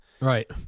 Right